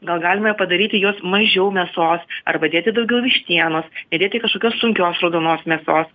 gal galime padaryti jos mažiau mėsos arba dėti daugiau vištienos nedėti kažkokios sunkios raudonos mėsos